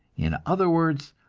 in other words,